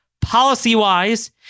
Policy-wise